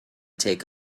take